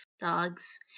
dogs